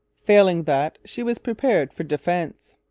failing that, she was prepared for defence.